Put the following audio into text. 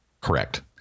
Correct